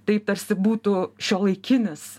taip tarsi būtų šiuolaikinis